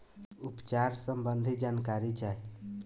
उपचार सबंधी जानकारी चाही?